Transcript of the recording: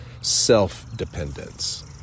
self-dependence